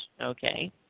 okay